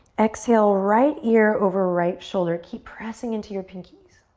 exhale, right ear over right shoulder. keep pressing into your pinkies.